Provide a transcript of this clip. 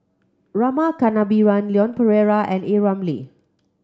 Rama Kannabiran Leon Perera and A Ramli